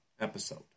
episode